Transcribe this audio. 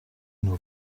nur